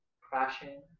crashing